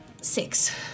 Six